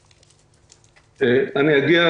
אגיע.